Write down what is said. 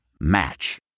match